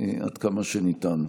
עד כמה שניתן.